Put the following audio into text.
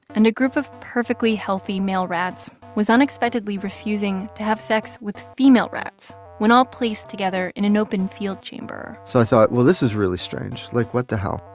and a group of perfectly healthy male rats was unexpectedly refusing to have sex with female rats when all placed together in an open-field chamber so i thought, well, this is really strange. like, what the hell?